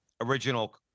original